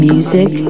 Music